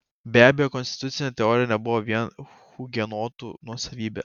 be abejo konstitucinė teorija nebuvo vien hugenotų nuosavybė